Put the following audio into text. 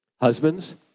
Husbands